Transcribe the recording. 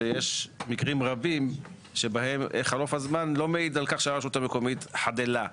שיש מקרים רבים שבהם חלוף הזמן לא מעיד על כך שהרשות המקומית חדלה.